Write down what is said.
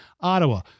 Ottawa